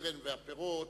הקרן והפירות